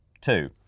Two